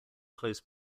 close